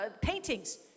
paintings